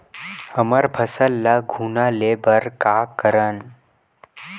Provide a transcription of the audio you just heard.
हमर फसल ल घुना ले बर का करन?